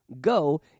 Go